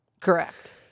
Correct